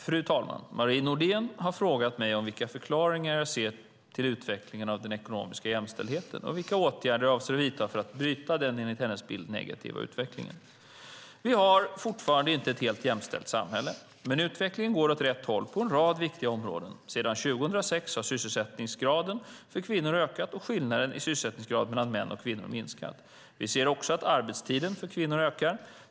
Fru talman! Marie Nordén har frågat mig vilka förklaringar jag ser till utvecklingen av den ekonomiska jämställdheten och vilka åtgärder jag avser att vidta för att bryta den enligt hennes bild negativa utvecklingen. Vi har fortfarande inte ett helt jämställt samhälle, men utvecklingen går åt rätt håll på en rad viktiga områden. Sedan 2006 har sysselsättningen för kvinnor ökat och skillnaden i sysselsättningsgrad mellan kvinnor och män minskat. Vi ser också att arbetstiden för kvinnor ökar.